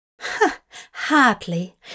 Hardly